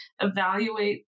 evaluate